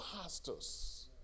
pastors